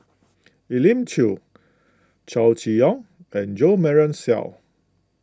Elim Chew Chow Chee Yong and Jo Marion Seow